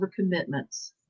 overcommitments